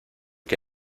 que